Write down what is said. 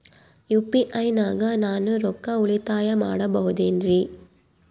UPI ನಾಗ ನಾನು ರೊಕ್ಕ ಉಳಿತಾಯ ಮಾಡಬಹುದೇನ್ರಿ?